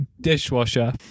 dishwasher